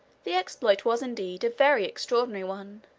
the exploit was, indeed, a very extraordinary one.